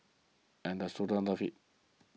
and the students love it